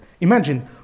imagine